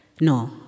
no